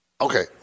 Okay